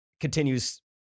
continues